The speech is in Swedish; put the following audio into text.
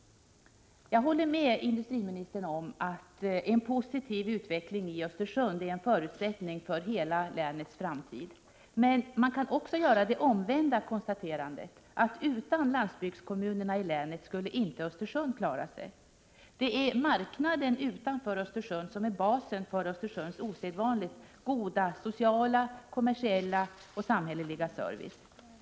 3 mars 1988 Jag håller med industriministern om att en positiv utveckling i Östersund är Om åtgärder för att ut en förutsättning för hela länets framtid. Men man kan också göra det FRE ä FS veckla näringslivet i omvända konstaterandet, dvs. att utan landsbygdskommunerna i länet skulle Järndl lesbyäds inte Östersund klara sig. Det är marknaden utanför Östersund som är basen KOST RNE för Östersunds osedvanligt goda sociala, kommersiella och samhälleliga service.